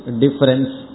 difference